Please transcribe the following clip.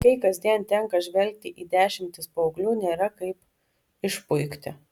kai kasdien tenka žvelgti į dešimtis paauglių nėra kaip išpuikti